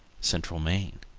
central maine.